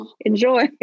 enjoy